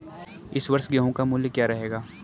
इस वर्ष गेहूँ का मूल्य क्या रहेगा?